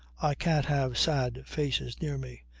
i can't have sad faces near me.